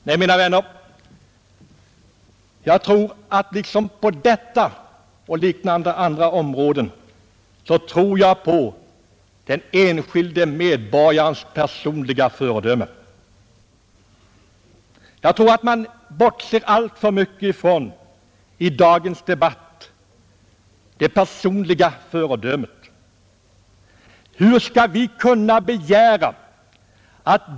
Nej, mina vänner, på detta liksom på andra liknande områden tror jag på den enskilde medborgarens personliga föredöme. Jag tror att man alltför mycket bortser ifrån det personliga föredömet i dagens debatt.